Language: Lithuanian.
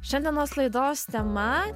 šiandienos laidos tema